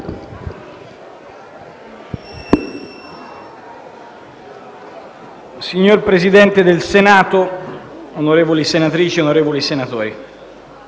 Signor Presidente del Senato, onorevoli senatrici e onorevoli senatori,